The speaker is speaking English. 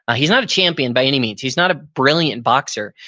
he's not a champion by any means. he's not a brilliant boxer,